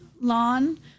lawn